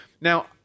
Now